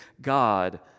God